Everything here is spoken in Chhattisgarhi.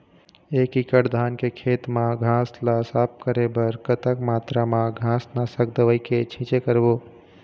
एक एकड़ धान के खेत मा घास ला साफ करे बर कतक मात्रा मा घास नासक दवई के छींचे करबो?